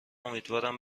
امیدوارم